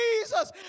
Jesus